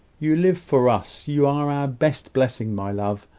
you live for us you are our best blessing, my love,